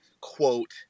quote